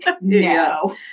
no